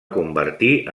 convertir